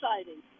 exciting